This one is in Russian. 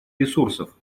ресурсов